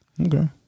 Okay